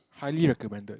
highly recommended